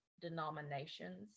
denominations